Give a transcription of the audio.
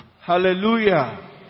Hallelujah